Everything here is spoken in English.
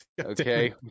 Okay